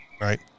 right